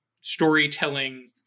storytelling